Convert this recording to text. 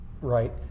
right